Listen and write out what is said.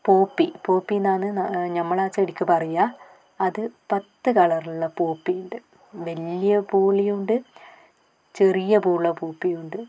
പൂപ്പി പൂപ്പി എന്നാണ് ഞമ്മൾ ആ ചെടിക്ക് പറയാ അത് പത്ത് കളറിലുള്ള പൂപ്പി ഉണ്ട് വലിയ പൂവുള്ളതുമുണ്ട് ചെറിയ പൂവുള്ള പൂപ്പിയുമുണ്ട്